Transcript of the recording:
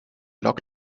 log